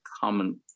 common